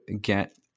get